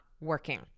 working